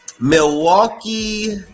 Milwaukee